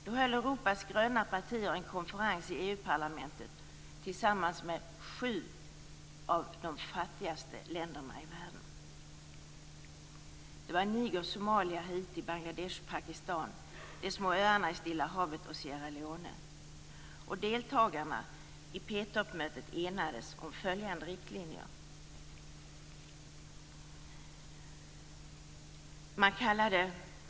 Då höll Europas gröna partier en konferens i EU-parlamentet tillsammans med sju av de fattigaste länderna i världen - Niger, Somalia, Haiti, Bangladesh, Pakistan, de små öarna i Stilla havet och Sierra Leone. Deltagarna i P-toppmötet enades om riktlinjer.